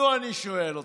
נו, אני שואל אתכם,